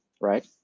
right